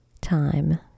time